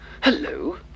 hello